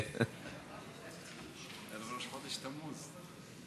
עכשיו זה ערב ראש חודש, ערב ראש חודש תמוז.